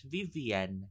Vivian